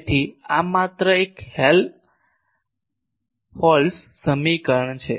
તેથી આ માત્ર એક હેલમોલ્ટ્ઝ સમીકરણ છે